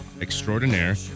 Extraordinaire